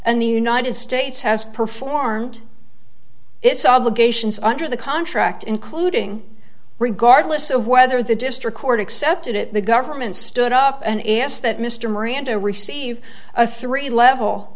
and the united states has performed its obligations under the contract including regardless of whether the district court accepted it the government stood up and asked that mr miranda receive a three level